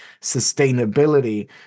sustainability